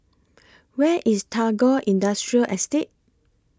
Where IS Tagore Industrial Estate